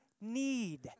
need